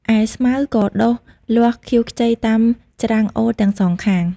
ឯស្មៅក៏ដុះលាស់ខៀវខ្ចីតាមច្រាំងអូរទាំងសងខាង ។